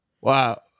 Wow